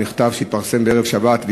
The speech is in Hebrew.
שהתפרסם בערב שבת,